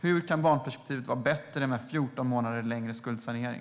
Hur kan barnperspektivet bli bättre med 14 månader längre skuldsanering?